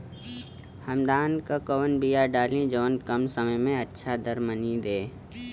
हम धान क कवन बिया डाली जवन कम समय में अच्छा दरमनी दे?